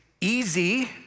easy